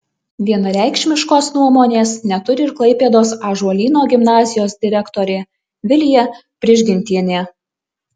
vienareikšmiškos nuomonės neturi ir klaipėdos ąžuolyno gimnazijos direktorė vilija prižgintienė